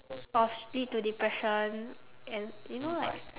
or s~ lead to depression and you know like